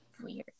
Weird